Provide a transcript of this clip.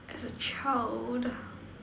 as a child